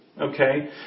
okay